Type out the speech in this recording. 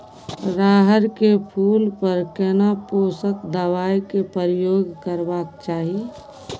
रहर के फूल पर केना पोषक दबाय के प्रयोग करबाक चाही?